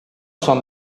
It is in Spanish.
son